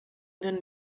den